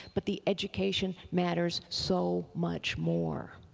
but the education matters so much more.